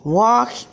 walk